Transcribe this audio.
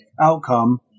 outcome